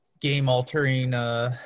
game-altering